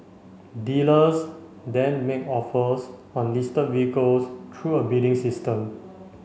dealers then make offers on listed vehicles through a bidding system